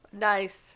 Nice